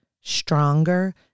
stronger